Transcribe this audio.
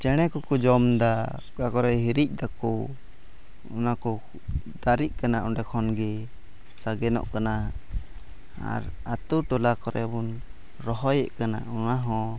ᱪᱮᱬᱮ ᱠᱚᱠᱚ ᱡᱚᱢᱫᱟ ᱚᱠᱟ ᱠᱚᱨᱮᱜ ᱦᱤᱨᱤᱡ ᱫᱟᱠᱚ ᱚᱱᱟ ᱠᱚ ᱫᱟᱨᱮᱜ ᱠᱟᱱᱟ ᱚᱸᱰᱮ ᱠᱷᱚᱱ ᱜᱮ ᱥᱟᱜᱮᱱᱚᱜ ᱠᱟᱱᱟ ᱟᱨ ᱟᱹᱛᱩ ᱴᱚᱞᱟ ᱠᱚᱨᱮᱜ ᱵᱚᱱ ᱨᱚᱦᱚᱭᱮᱜ ᱠᱟᱱᱟ ᱚᱱᱟ ᱦᱚᱸ